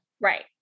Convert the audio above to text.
Right